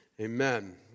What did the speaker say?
amen